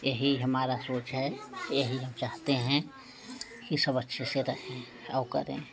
यही हमारा सोच है यही हम चाहते हैं इ सब अच्छे से रहें और करें